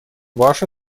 ваша